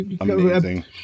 amazing